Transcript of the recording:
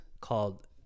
called